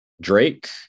Drake